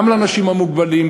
גם לאנשים המוגבלים,